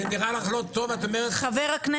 זה נראה לך לא טוב ואת אומרת: אמא,